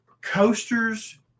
coasters